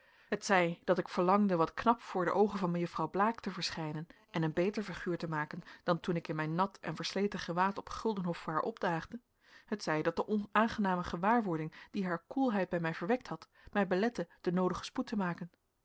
t zij dat ik verlangde wat knap voor de oogen van mejuffrouw blaek te verschijnen en een beter figuur te maken dan toen ik in mijn nat en versleten gewaad op guldenhof voor haar opdaagde t zij dat de onaangename gewaarwording die haar koelheid bij mij verwekt had mij belette den noodigen spoed te maken